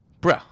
Bro